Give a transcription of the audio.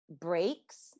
breaks